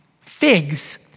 figs